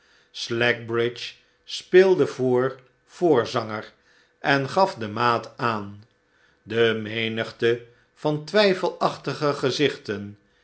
slackbridge speelde voor voorzanger en gaf de maat aan de menigte van twijfelachtige gezichten